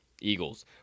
Eagles